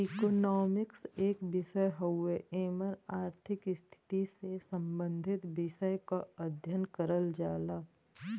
economics एक विषय हउवे एमन आर्थिक स्थिति से सम्बंधित विषय क अध्ययन करल जाला